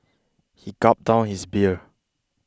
he gulp down his beer